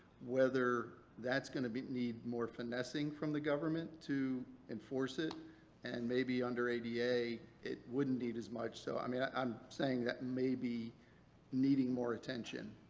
whether that's going to but need more finessing from the government to enforce it and maybe under ada it wouldn't need as much. so i mean i'm saying that maybe needing more attention,